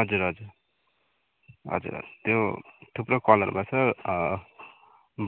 हजुर हजुर हजुर हजुर त्यो थुप्रो कलरको छ